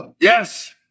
Yes